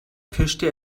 pirschte